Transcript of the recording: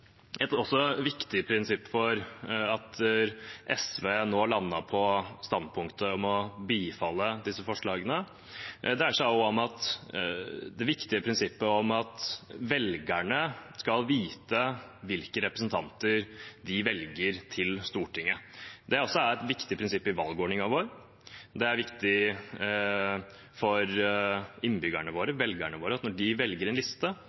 viktig prinsipp for at SV nå landet på standpunktet om å bifalle disse forslagene, at velgerne skal vite hvilke representanter de velger til Stortinget. Det er også et viktig prinsipp i valgordningen vår, det er viktig for innbyggerne våre, velgerne våre, at når de velger en liste,